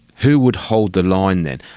who would hold the line then?